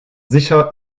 sicher